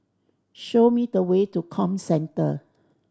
show me the way to Comcentre